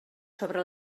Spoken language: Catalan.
sobre